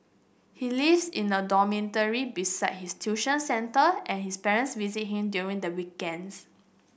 he lives in a dormitory beside his tuition centre and his parents visit him during the weekends